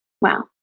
Wow